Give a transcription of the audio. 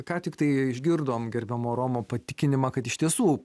ką tiktai išgirdom gerbiamo romo patikinimą kad iš tiesų